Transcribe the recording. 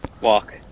Walk